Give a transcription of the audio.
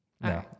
No